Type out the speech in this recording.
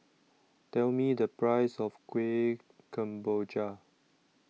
Tell Me The Price of Kueh Kemboja